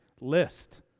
list